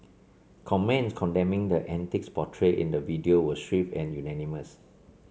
comments condemning the antics portrayed in the video were swift and unanimous